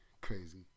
crazy